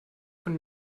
von